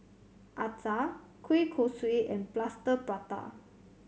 acar kueh kosui and Plaster Prata